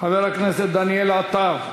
חבר הכנסת דניאל עטר.